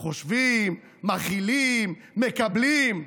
חושבים, מכילים, מקבלים?